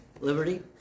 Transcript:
liberty